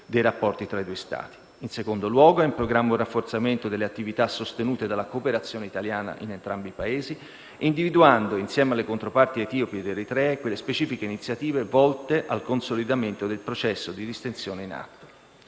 In secondo luogo, è in programma un rafforzamento delle attività sostenute dalla cooperazione italiana nei due Paesi, individuando, insieme alle controparti etiopi ed eritree, quelle specifiche iniziative volte al consolidamento del processo di distensione in atto.